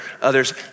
others